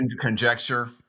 conjecture